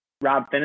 Rob